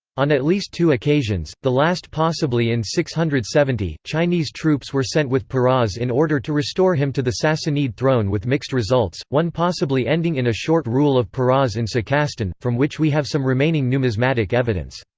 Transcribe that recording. on at least two occasions, the last possibly in six hundred and seventy, chinese troops were sent with peroz in order to restore him to the sassanid throne with mixed results, one possibly ending in a short rule of peroz in sakastan, from which we have some remaining numismatic evidence.